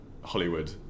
Hollywood